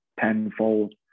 tenfold